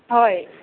হয়